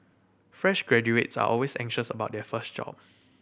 fresh graduates are always anxious about their first job